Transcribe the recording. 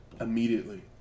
immediately